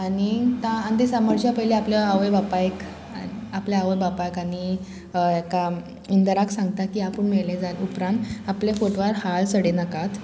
आनी दिसा मरच्या पयलीं आपल्या आवय बापायक आपल्या आवय बापायक आनी एका इंदराक सांगता की आपूण मेले जाल्या उपरांत आपले फोटवार हार चडय नाकात